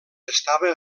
estava